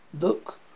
Look